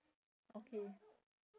okay